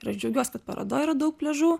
ir aš džiaugiuos kad parodoj radau pliažų